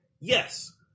yes